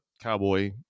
cowboy